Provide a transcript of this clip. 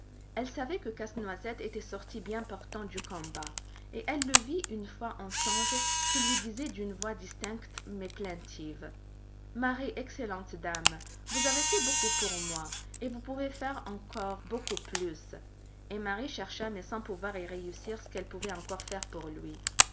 elle savait que casse-noisette était sorti bien portant du combat et elle le vit une fois en songe qui lui disait d'une voix distincte mais plaintive marie excellente dame vous avez fait beaucoup pour moi et vous pouvez faire encore beaucoup plus et marie chercha mais sans pouvoir y réussir ce qu'elle pouvait encore faire pour lui